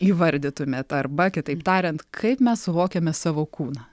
įvardytumėt arba kitaip tariant kaip mes suvokiame savo kūną